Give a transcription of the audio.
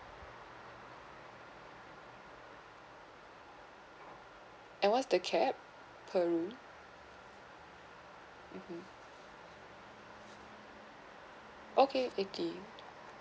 and what's the cap per room okay eighty